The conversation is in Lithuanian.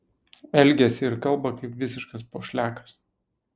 elgiasi ir kalba kaip visiškas pošliakas